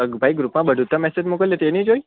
ભાઈ ગ્રુપમાં બધું તો મેસેજ મોકલ્યુતું એ નહીં જોયું